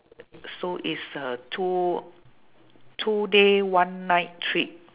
so it's a two two day one night trip